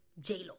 J-Lo